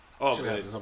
Okay